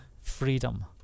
freedom